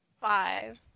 Five